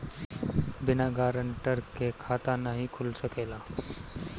बिना गारंटर के खाता नाहीं खुल सकेला?